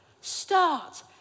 Start